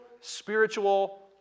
spiritual